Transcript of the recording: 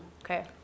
okay